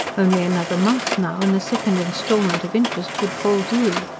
only another month now, and the second instalment of interest would fall due.